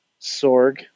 Sorg